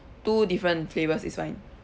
two different flavours is fine